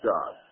God